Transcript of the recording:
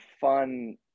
fun